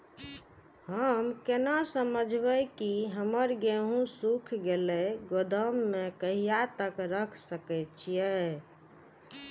हम केना समझबे की हमर गेहूं सुख गले गोदाम में कहिया तक रख सके छिये?